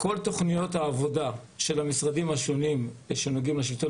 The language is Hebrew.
כל תוכניות העבודה של המשרדים השונים שנוגעים לשלטון